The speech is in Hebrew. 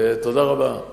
תודה רבה.